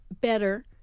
better